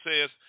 says